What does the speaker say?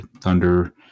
Thunder